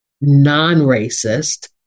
non-racist